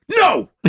no